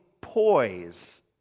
poise